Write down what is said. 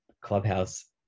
Clubhouse